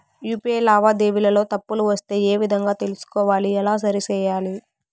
UPI లావాదేవీలలో తప్పులు వస్తే ఏ విధంగా తెలుసుకోవాలి? ఎలా సరిసేయాలి?